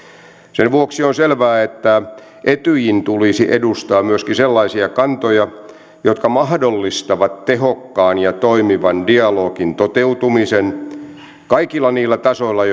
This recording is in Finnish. sen vuoksi on selvää että etyjin tulisi edustaa myöskin sellaisia kantoja jotka mahdollistavat tehokkaan ja toimivan dialogin toteutumisen kaikilla niillä tasoilla